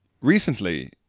Recently